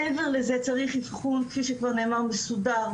מעבר לזה צריך אבחון כפי שכבר נאמר מסודר,